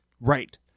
Right